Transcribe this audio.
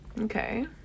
Okay